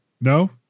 no